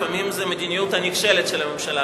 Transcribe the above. לפעמים זה "המדיניות הנכשלת של הממשלה".